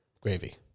gravy